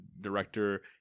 director